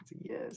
yes